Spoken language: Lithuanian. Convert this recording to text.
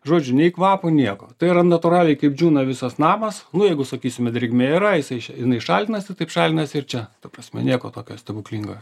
žodžiu nei kvapo nieko tai yra natūraliai kaip džiūna visas namas nu jeigu sakysime drėgmė yra jisai jinai šalinasi taip šalinasi ir čia ta prasme nieko tokio stebuklingo